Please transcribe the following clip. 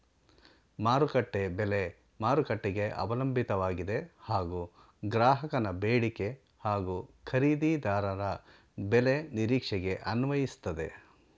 ಮಾರುಕಟ್ಟೆ ಬೆಲೆ ಮಾರುಕಟ್ಟೆಗೆ ಅವಲಂಬಿತವಾಗಿದೆ ಹಾಗೂ ಗ್ರಾಹಕನ ಬೇಡಿಕೆ ಹಾಗೂ ಖರೀದಿದಾರರ ಬೆಲೆ ನಿರೀಕ್ಷೆಗೆ ಅನ್ವಯಿಸ್ತದೆ